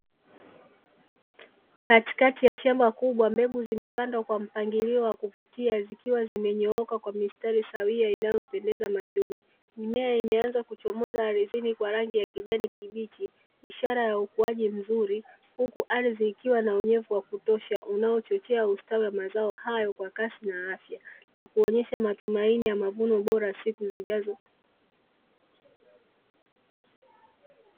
Katikati ya shamba kubwa mbegu zimepandwa kwa mpangilio wa kuvutia, zikiwa zimenyooka kwa mistari sawia inayopendeza machoni. Mimea imeanza kuchomoza ardhini kwa rangi kijani kibichi ishara ya ukuaji mzuri, huku ardhi ikiwa na unyevu wa kutosha unaochochea ustawi wa mazao hayo kwa kasi na afya na kuonesha matumaini ya mavuno bora siku zijazo.